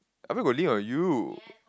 I where got lean on you